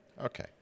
Okay